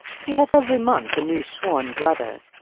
he hath every month a new sworn brother.